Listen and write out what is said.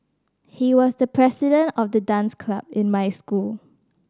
he was the president of the dance club in my school